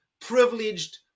privileged